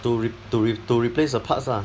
to re~ to re~ to replace the parts lah